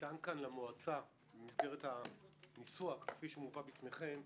ניתן כאן למועצה במסגרת הניסוח, כפי שמובא בפניכם,